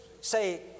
say